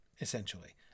essentially